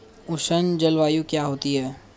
उष्ण जलवायु क्या होती है?